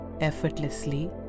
effortlessly